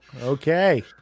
Okay